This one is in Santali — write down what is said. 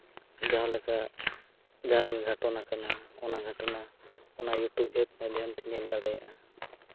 ᱡᱟᱦᱟᱸᱞᱮᱠᱟ ᱡᱟ ᱜᱷᱟᱴᱚᱱᱟ ᱠᱟᱱᱟ ᱚᱱᱟ ᱜᱷᱟᱴᱚᱱᱟ ᱚᱱᱟ ᱤᱭᱩᱴᱩᱵᱽ ᱢᱟᱫᱽᱫᱷᱚᱢ ᱛᱮᱢ ᱧᱮᱞ ᱫᱟᱲᱮᱭᱟᱜᱼᱟ